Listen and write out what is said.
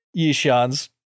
Yishan's